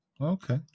Okay